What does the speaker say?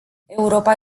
europa